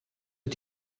wir